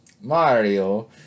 Mario